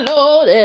Lord